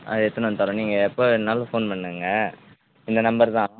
ஆ எடுத்துன்னு வந்து தரோம் நீங்கள் எப்போ வேணாலும் ஃபோன் பண்ணுங்கள் இந்த நம்பர் தான்